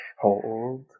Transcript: hold